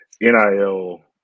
nil